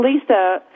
Lisa